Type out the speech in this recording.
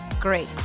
Great